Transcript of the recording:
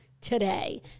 today